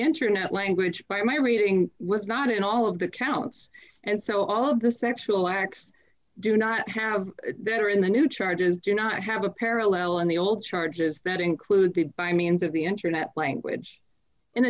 internet language by my reading was not in all of the counts and so all of the sexual acts do not have that are in the new charges do not have a parallel in the old charges that include be by means of the internet language